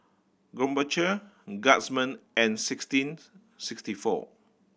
Krombacher Guardsman and sixteen sixty four